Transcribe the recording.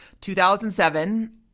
2007